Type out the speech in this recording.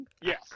Yes